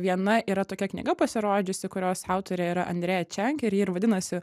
viena yra tokia knyga pasirodžiusi kurios autorė yra andrėja čiang ir ji ir vadinasi